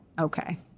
okay